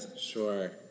Sure